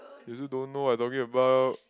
you also don't know what I talking about